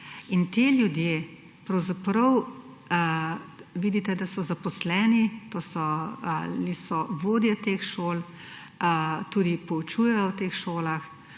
In ti ljudje, pravzaprav vidite, da so zaposleni, vodje teh šol tudi poučujejo v teh šolah,